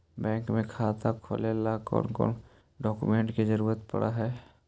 Bank में खाता खोले ल कौन कौन डाउकमेंट के जरूरत पड़ है?